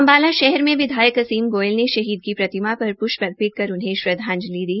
अम्बाला शहर में विधायक असीम गोयल ने शहीद की प्रतिमा पर पुष्ट अर्पित कर उन्हें श्रद्धांजलि दी